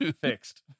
Fixed